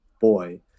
boy